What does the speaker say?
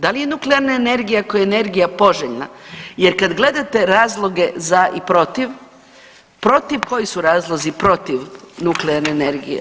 Da li je nuklearna energija kao energija poželjna, jer kad gledate razloge za i protiv, protiv, koji su razlozi protiv nuklearne energije?